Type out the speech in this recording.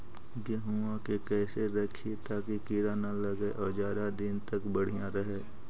गेहुआ के कैसे रखिये ताकी कीड़ा न लगै और ज्यादा दिन तक बढ़िया रहै?